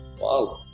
Wow